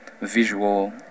visual